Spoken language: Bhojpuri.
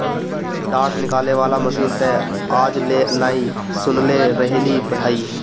डाँठ निकाले वाला मशीन तअ आज ले नाइ सुनले रहलि हई